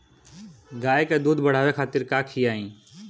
गाय के दूध बढ़ावे खातिर का खियायिं?